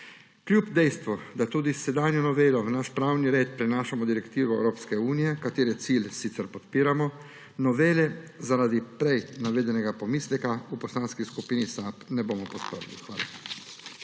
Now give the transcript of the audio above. Kljub dejstvu, da tudi s sedanjo novelo v naš pravni red prenašamo direktivo Evropske unije, katere cilj sicer podpiramo, novele zaradi prej navedenega pomisleka v Poslanski skupini SAB ne bomo podprli. Hvala.